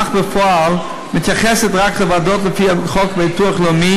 אך בפועל מתייחסת רק לוועדות לפי חוק הביטוח הלאומי